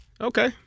Okay